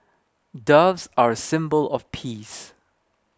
doves are a symbol of peace